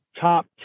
top